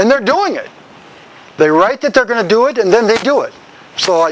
and they're doing it they write it they're going to do it and then they do it s